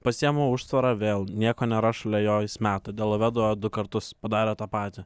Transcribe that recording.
pasiima užtvarą vėl nieko nėra šalia jo jis meta delovedova du kartus padaro tą patį